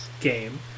game